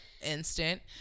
instant